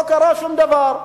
לא קרה שום דבר.